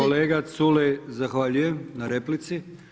Kolega Culej, zahvaljujem na replici.